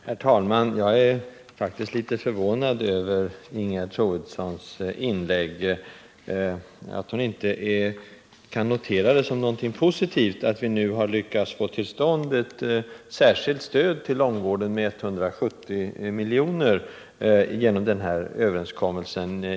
Herr talman! Jag är förvånad över att Ingegerd Troedsson inte noterar det som något positivt att vi nu har lyckats få till stånd ett särskilt stöd till långvården med 170 milj.kr. genom denna överenskommelse.